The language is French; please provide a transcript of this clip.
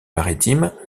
maritime